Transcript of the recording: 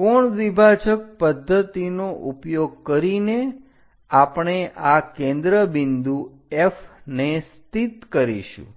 કોણ દ્વિભાજક પદ્ધતિનો ઉપયોગ કરીને આપણે આ કેન્દ્ર બિંદુ F ને સ્થિત કરીશું